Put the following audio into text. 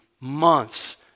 months